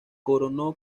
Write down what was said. coronó